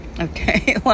okay